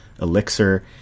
Elixir